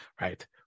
right